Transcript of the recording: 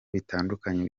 bitandukanye